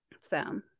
so-